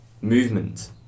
movement